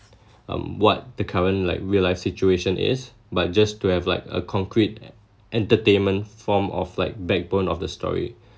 um what the current like real life situation is but just to have like a concrete entertainment form of like backbone of the story